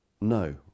No